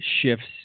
shifts